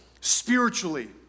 spiritually